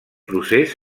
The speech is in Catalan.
procés